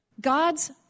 God's